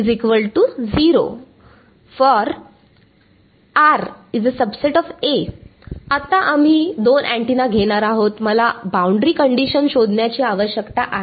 for आता आम्ही दोन अँटेना घेणार आहोत मला बाउंड्री कंडिशन शोधण्याची आवश्यकता आहे